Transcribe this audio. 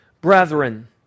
brethren